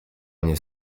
mnie